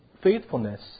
faithfulness